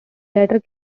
latter